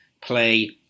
play